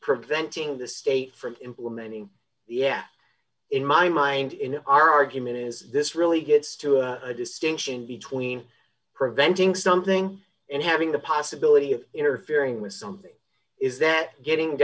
preventing the state from implementing yeah in my mind in our argument is this really gets to a distinction between preventing something and having the possibility of interfering with something is that getting